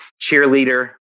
cheerleader